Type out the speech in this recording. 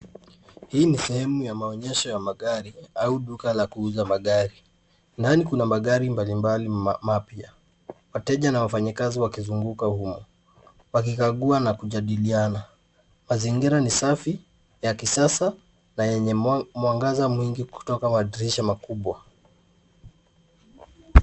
Hii ni sehemu ya maonyesho ya magari au duka la kuuza magari. Ndani kuna magari mbalimbali mapya. Wateja na wafanyakazi wakizunguka humu wakikagua na kujadiliana. Mazingira ni safi, ya kisasa na yenye mwangaza mwingi kutoka kwa madirisha makubwa.